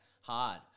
Hard